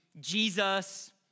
Jesus